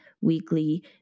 weekly